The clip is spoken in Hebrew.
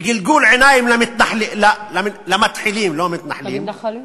בגלגול עיניים למתחילים, לא למתנחלים,